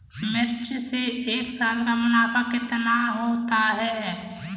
मिर्च से एक साल का मुनाफा कितना होता है?